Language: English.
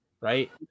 right